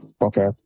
okay